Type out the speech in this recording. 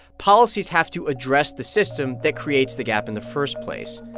policies have to address the system that creates the gap in the first place.